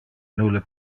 nulle